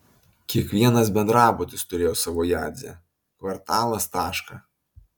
kiekvienas bendrabutis turėjo savo jadzę kvartalas tašką